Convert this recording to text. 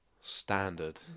standard